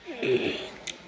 ऊंह